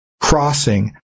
crossing